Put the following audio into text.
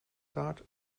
taart